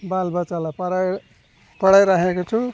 बालबच्चालाई पढायो पढाइराखेको छु